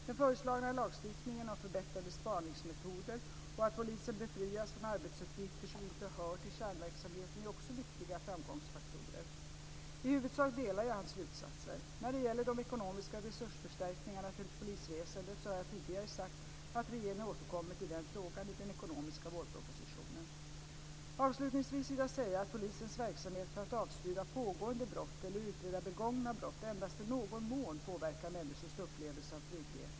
Den föreslagna lagstiftningen om förbättrade spaningsmetoder och att polisen befrias från arbetsuppgifter som inte hör till kärnverksamheten är också viktiga framgångsfaktorer. I huvudsak delar jag hans slutsatser. När det gäller de ekonomiska resursförstärkningarna till polisväsendet har jag tidigare sagt att regeringen återkommer till den frågan i den ekonomiska vårpropositionen. Avslutningsvis vill jag säga att polisens verksamhet för att avstyra pågående brott eller utreda begångna brott endast i någon mån påverkar människors upplevelse av trygghet.